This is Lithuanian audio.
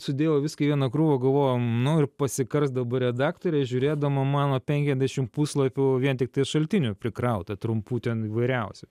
sudėjau viską į vieną krūvą galvojau nu ir pasikars dabar redaktorė žiūrėdama mano penkedešim puslapių vien tiktai šaltinių prikrauta trumpų ten įvairiausių